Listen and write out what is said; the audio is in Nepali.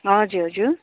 हजुर हजुर